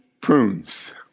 prunes